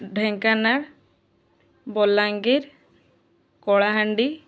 Dhenkanal Balangir Kalahandi